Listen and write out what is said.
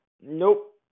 Nope